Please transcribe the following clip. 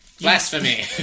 Blasphemy